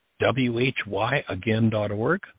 whyagain.org